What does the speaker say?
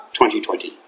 2020